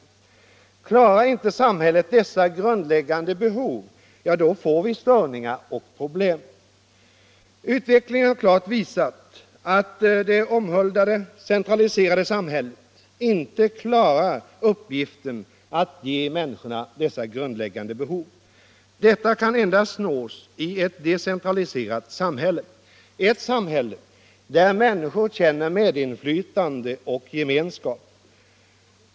Om inte samhället kan tillgodose dessa grundläggande behov hos människorna får vi störningar och problem. Utvecklingen har klart visat att det av socialdemokraterna omhuldade centraliserade samhället inte klarar av uppgiften att tillgodose dessa grundläggande behov. Den uppgiften kan klaras endast i det decentraliserade samhället, ett samhälle där människorna känner medinflytande och gemenskap.